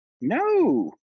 No